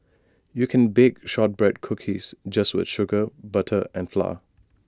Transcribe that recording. you can bake Shortbread Cookies just with sugar butter and flour